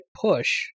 push